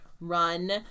run